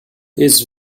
his